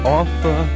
offer